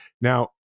now